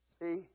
See